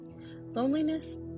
Loneliness